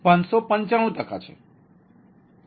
595 ટકા છે